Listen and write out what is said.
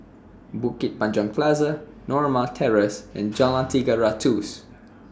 Bukit Panjang Plaza Norma Terrace and Jalan Tiga Ratus